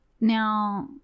Now